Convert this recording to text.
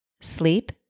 sleep